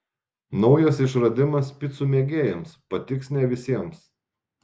naujas išradimas picų mėgėjams patiks ne visiems